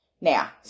Now